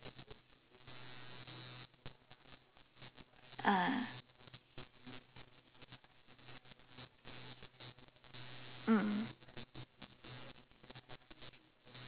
ah mm